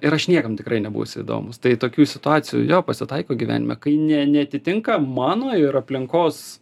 ir aš niekam tikrai nebūsiu įdomūs tai tokių situacijų jo pasitaiko gyvenime kai ne neatitinka mano ir aplinkos